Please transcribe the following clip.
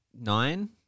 Nine